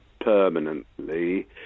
permanently